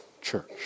church